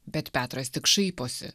bet petras tik šaiposi